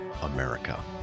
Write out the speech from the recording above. America